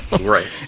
right